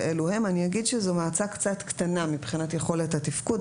ואלו הם: אני אגיד שזו מועצה קצת קטנה מבחינת יכולת התפקוד.